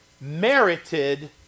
merited